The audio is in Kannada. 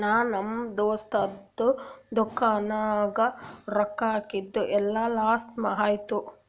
ನಾ ನಮ್ ದೋಸ್ತದು ದುಕಾನ್ ನಾಗ್ ರೊಕ್ಕಾ ಹಾಕಿದ್ ಎಲ್ಲಾ ಲಾಸ್ ಆಯ್ತು